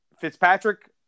Fitzpatrick